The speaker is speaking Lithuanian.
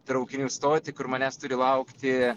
traukinių stotį kur manęs turi laukti